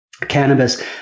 cannabis